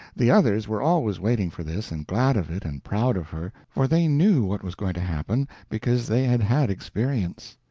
the others were always waiting for this, and glad of it and proud of her, for they knew what was going to happen, because they had had experience.